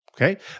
Okay